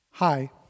Hi